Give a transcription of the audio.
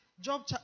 Job